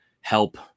help